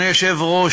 אדוני היושב-ראש,